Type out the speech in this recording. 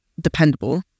dependable